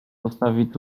postawić